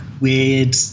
weird